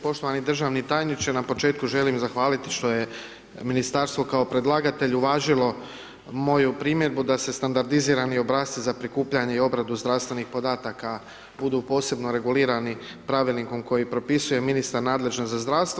Poštovani državni tajniče, na početku želim zahvaliti što je ministarstvo kao predlagatelj uvažilo moju primjedbu da se standardizirani obrasci za prikupljanje i obradu zdravstvenih podataka budu posebno regulirani pravilnikom koji propisuje ministar nadležan za zdravstvo.